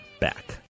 back